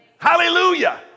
Hallelujah